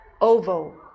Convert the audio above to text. oval